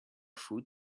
foot